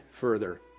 further